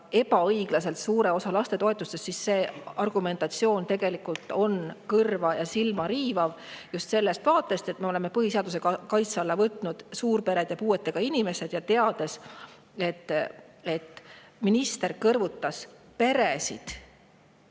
ebaõiglaselt suure osa lastetoetustest, siis see argumentatsioon tegelikult on kõrva ja silma riivav just sellest vaatest, et me oleme põhiseaduse kaitse alla võtnud suurpered ja puuetega inimesed. Ja teades, et minister kõrvutas peresid,